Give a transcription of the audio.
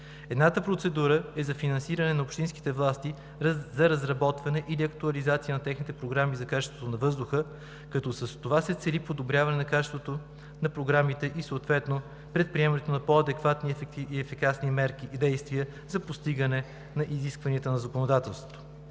Едната процедура е за финансиране на общинските власти за разработване или актуализация на техните програми за качеството на въздуха, като с това се цели подобряване на качеството на програмите и съответно предприемането на по-адекватни и ефикасни мерки и действия за постигане изискванията на законодателството.